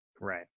Right